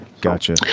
Gotcha